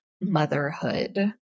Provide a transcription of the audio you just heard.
motherhood